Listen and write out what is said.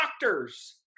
doctors